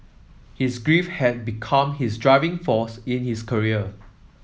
his grief had become his driving force in his career